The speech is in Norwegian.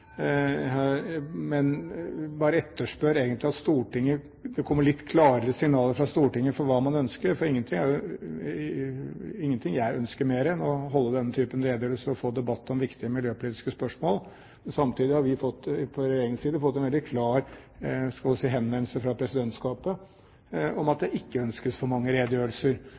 men jeg etterspør bare egentlig litt klarere signaler fra Stortinget for hva man ønsker, for det er ingenting jeg ønsker mer enn å holde denne typen redegjørelser og få debatt om viktige miljøpolitiske spørsmål. Samtidig har vi på regjeringens side fått en veldig klar henvendelse fra presidentskapet om at det ikke ønskes så mange redegjørelser,